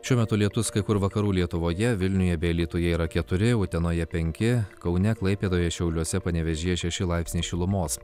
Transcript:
šiuo metu lietus kai kur vakarų lietuvoje vilniuje bei alytuje yra keturi utenoje penki kaune klaipėdoje šiauliuose panevėžyje šeši laipsniai šilumos